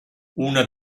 una